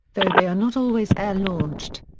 though they are not always air-launched.